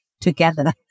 together